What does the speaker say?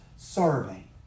serving